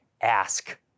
ask